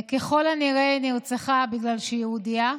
ככל הנראה היא נרצחה בגלל שהיא יהודייה.